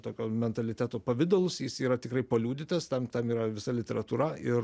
tokio mentaliteto pavidalus jis yra tikrai paliudytas tam tam yra visa literatūra ir